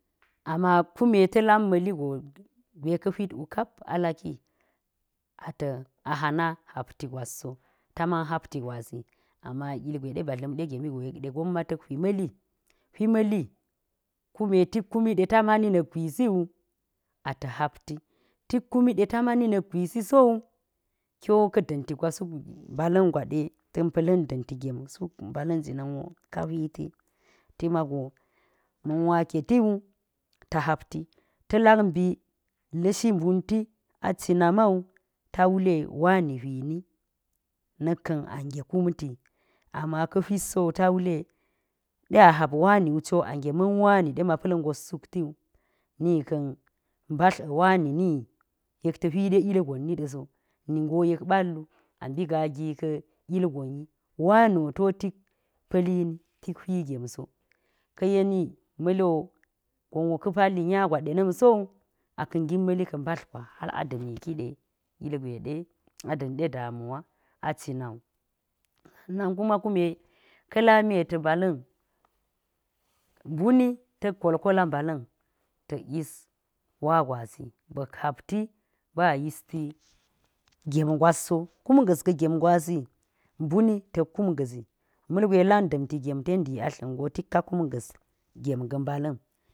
Ama kuma ta lamigo gwe ka̱ hwit du mas alaki ato hana hapti gwaso, ta man hapti gwasi ama ilgwe ɗa badle̱ mɗe gemi go yek de, gomma ta̱k hui ma̱li, hwima̱li kuma tik kumu de ta mani nik gwisisowu kiwo ka da̱nti gwa suk mbala̱n gwada ta̱n pa̱lin da̱nti gem mi sukmbala̱n jiwo ka hwiti tima go ma̱n wa ketiwu ta hapti ta lak mbi lishi mbunti a cine mewu ta wule wani nwini na̱ka nge kumti ama ka̱ hwitso ta wule de hap wani wociwo a ngema̱n wani de ma pa̱l ngat suktiwu nikan mbetlga̱ wani niyi yek ta̱ hwide ilgon niɗa̱ so, ningo yek ɓa̱llu ambigaa gi ka̱ ilgon yi wani woto tak pa̱lini ta hwigemso. Ke̱ yeni ma̱liwo gonwo ka̱ pallinya dena̱m so aka̱ ngip ma̱li ka mbatl gwasi hala da̱mi kide ilgwe de ada̱nde damuwa cinwu sann kuma ka̱ lami ta̱ mbala̱n mbanitak hikola mbalsu ta̱k yes wa gwasa ba̱k hapti ba yisti gem gwasso kum ga̱ gem gwasi mbuni ta̱k kum ga̱zi ma̱lgwe lam da̱nti gem tendiati ge go tikka kamge̱ gem ga̱ mbala̱n.